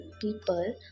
people